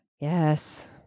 Yes